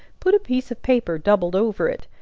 put a piece of paper doubled over it,